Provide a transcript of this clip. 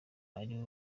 ariwe